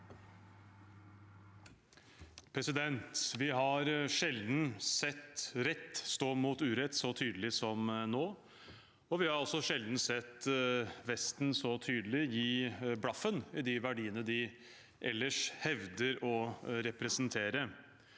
Vi har sjelden sett rett stå mot urett så tydelig som nå, og vi har sjelden sett Vesten så tydelig gi blaffen i de verdiene de ellers hevder å representere.